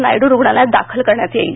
नायडू रुग्णालयात दाखल करण्यात येईल